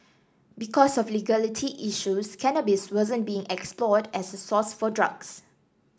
because of legality issues cannabis wasn't being explored as a source for drugs